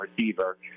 receiver